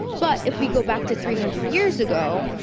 but if we go back to three hundred years ago,